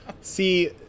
see